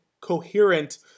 coherent